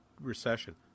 recession